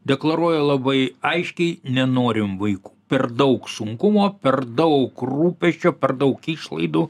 deklaruoja labai aiškiai nenorim vaikų per daug sunkumo per daug rūpesčio per daug išlaidų